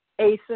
ASIN